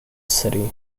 city